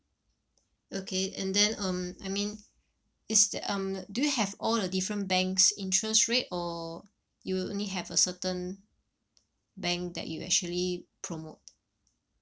okay and then um I mean is the um do you have all the different banks' interest rate or you only have a certain bank that you actually promote